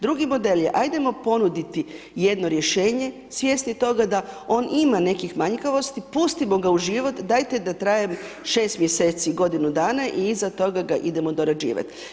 Drugi model je ajdemo ponuditi jedno rješenje svjesni toga da on ima nekih manjkavosti, pustimo ga u život, dajte da traje 6 mjeseci, godinu dana i iza toga ga idemo dorađivat.